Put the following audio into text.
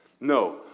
No